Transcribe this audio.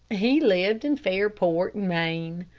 he lived in fairport, maine.